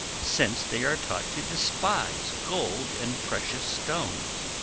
since they are taught to despise gold and precious stones.